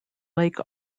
lake